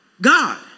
God